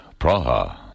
Praha